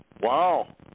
wow